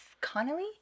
Connolly